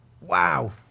Wow